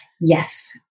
Yes